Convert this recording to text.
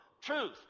Truth